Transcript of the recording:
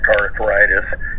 arthritis